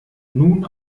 nun